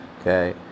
okay